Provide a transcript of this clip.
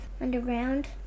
Underground